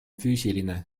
füüsiline